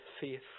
faith